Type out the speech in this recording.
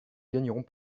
gagnerons